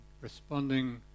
responding